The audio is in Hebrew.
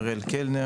מתן כהנא,